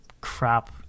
crap